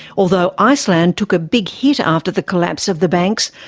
although iceland took a big hit after the collapse of the banks,